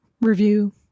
review